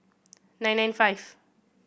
nine nine five